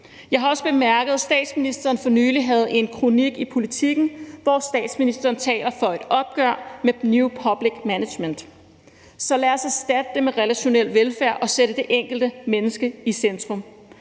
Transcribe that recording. Jeg har også bemærket, at statsministeren for nylig havde en kronik i Politiken, hvor statsministeren talte for et opgør med new public management. Så lad os erstatte det med relationel velfærd og sætte det enkelte menneske i centrum.